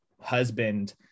husband